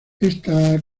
está